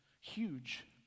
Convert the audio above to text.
huge